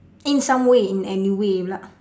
in some way in any way pula